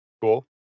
Cool